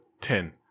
ten